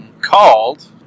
called